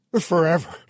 forever